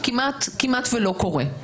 הוא כמעט ולא קורה.